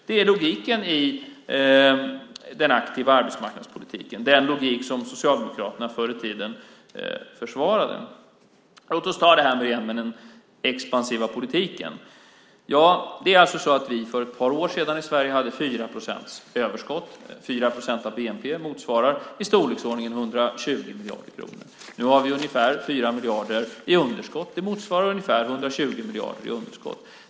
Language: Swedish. Det är logiken i den aktiva arbetsmarknadspolitiken, den logik som Socialdemokraterna förr i tiden försvarade. Låt oss igen ta det här med den expansiva politiken. För ett par år sedan hade vi i Sverige 4 procents överskott. 4 procent av bnp motsvarar i storleksordningen 120 miljarder kronor. Nu har vi ungefär 4 procent i underskott. Det motsvarar ungefär 120 miljarder i underskott.